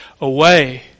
away